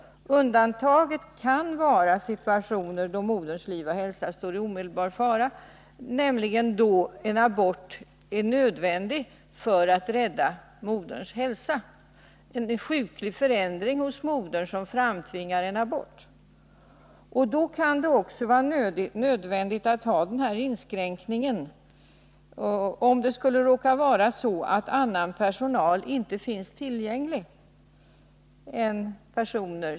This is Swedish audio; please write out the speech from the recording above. Undantag kan vara situationer då moderns liv och hälsa står i omedelbar fara, nämligen då en abort är nödvändig för att rädda moderns hälsa. Det kan vara en sjuklig förändring hos modern som framtvingar en abort. Då kan det också vara nödvändigt att ha den här inskränkningen, om det skulle råka vara så att annan personal inte finns tillgänglig.